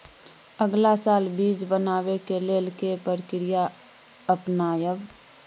अगला साल बीज बनाबै के लेल के प्रक्रिया अपनाबय?